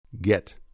Get